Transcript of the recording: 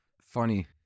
Funny